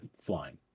flying